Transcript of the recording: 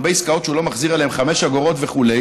הרבה עסקאות שהוא לא מחזיר עליהן חמש אגורות וכו',